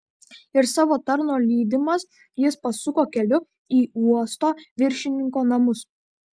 ir savo tarno lydimas jis pasuko keliu į uosto viršininko namus